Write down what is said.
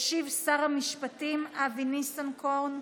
ישיב שר המשפטים אבי ניסנקורן.